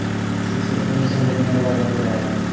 शिक्षक पूंजी संरचना के बारे में पढ़ाएंगे